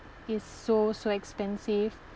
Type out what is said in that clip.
is so so expensive